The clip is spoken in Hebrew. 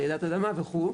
רעידת אדמה וכו'.